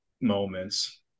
moments